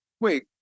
Wait